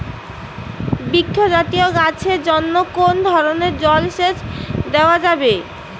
বৃক্ষ জাতীয় গাছের জন্য কোন ধরণের জল সেচ দেওয়া যাবে?